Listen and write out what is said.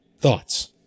thoughts